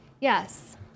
yes